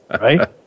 right